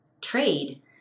trade